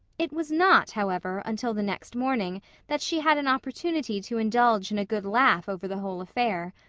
it was not, however, until the next morning that she had an opportunity to indulge in a good laugh over the whole affair.